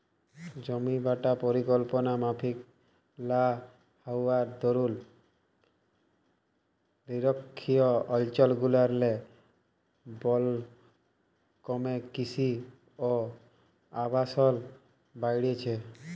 জমিবাঁটা পরিকল্পলা মাফিক লা হউয়ার দরুল লিরখ্খিয় অলচলগুলারলে বল ক্যমে কিসি অ আবাসল বাইড়হেছে